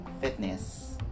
fitness